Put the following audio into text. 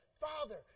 Father